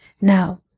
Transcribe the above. Now